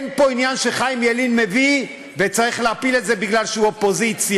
אין פה עניין שחיים ילין מביא וצריך להפיל את זה כי הוא אופוזיציה.